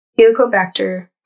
Helicobacter